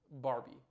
Barbie